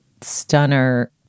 stunner